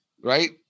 right